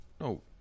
no